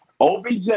OBJ